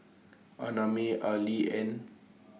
Annamae Arlie and